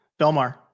belmar